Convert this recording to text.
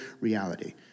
reality